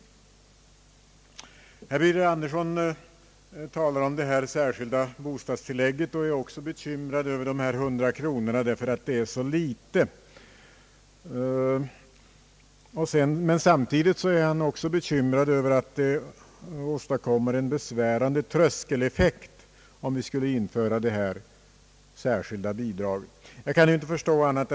Herr Birger Andersson talade vidare om det särskilda bostadstillägget och var bekymrad över de 100 kronorna därför att beloppet är så litet. Samtidigt är han bekymrad över att det åstadkommer en besvärande tröskeleffekt om vi skulle införa det särskilda bidraget.